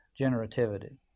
generativity